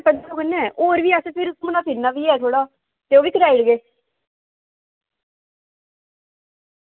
ते होर भी असें थोह्ड़ा घुम्मना फिरना बी ऐ भला ओह्बी कराई ओड़गे